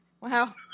Wow